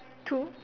two